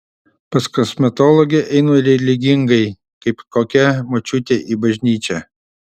pas kosmetologę einu religingai kaip kokia močiutė į bažnyčią